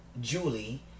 Julie